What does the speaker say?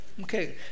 Okay